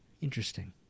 Interesting